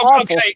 okay